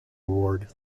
award